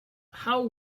how